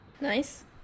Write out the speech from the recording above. Nice